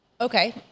Okay